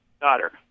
daughter